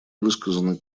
высказаны